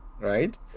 right